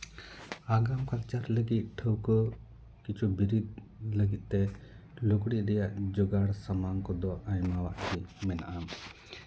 ᱟᱜᱟᱢ ᱠᱟᱞᱪᱟᱨ ᱞᱟᱹᱜᱤᱫ ᱴᱷᱟᱹᱣᱠᱟᱹ ᱠᱤᱪᱷᱩ ᱵᱤᱨᱤᱫ ᱞᱟᱹᱜᱤᱫ ᱛᱮ ᱞᱩᱜᱽᱲᱤᱡ ᱨᱮᱭᱟᱜ ᱡᱳᱜᱟᱲ ᱥᱟᱢᱟᱱ ᱠᱚᱫᱚ ᱟᱭᱢᱟ ᱢᱮᱱᱟᱜᱼᱟ